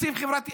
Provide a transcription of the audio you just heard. תקציב חברתי.